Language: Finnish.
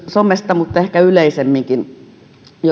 somesta mutta ehkä yleisemminkin